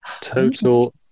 Total